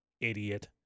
idiot